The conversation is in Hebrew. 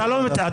אתה לא מתבייש?